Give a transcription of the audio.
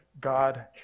God